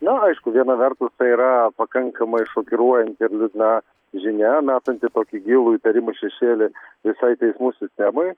na aišku viena vertus yra pakankamai šokiruojanti ir liūdna žinia metanti kokį gilų įtarimų šešėlį visai teismų sistemai